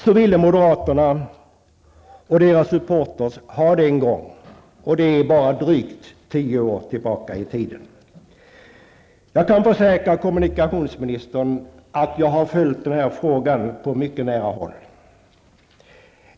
Så ville moderaterna och deras supportrar en gång ha det, och det är bara drygt tio år tillbaka i tiden. Jag kan försäkra kommunikationsministern att jag har följt den här frågan på mycket nära håll.